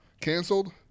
canceled